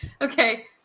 Okay